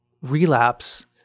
relapse